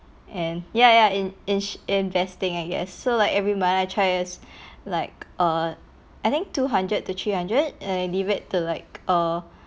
and ya ya in inch~ investing I guess so like every month I tries like err I think two hundred to three hundred and I leave it to like err